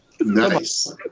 Nice